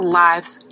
lives